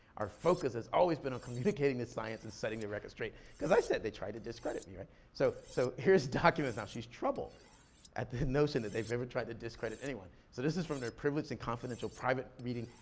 our focus has always been on communicating the science and setting the record straight. cause i said they tried to discredit me, right? so so here's documents, now she's troubled at the notion that they've ever tried to discredit anyone. so this is from their privileged and confidential private meeting,